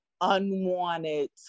unwanted